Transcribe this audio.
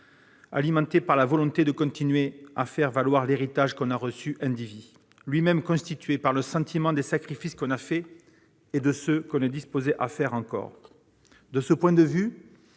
alimenté par « la volonté de continuer à faire valoir l'héritage qu'on a reçu indivis [...] lui-même constitué par le sentiment des sacrifices qu'on a faits et de ceux qu'on est disposé à faire encore. » De ce point de vue,